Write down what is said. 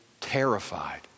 terrified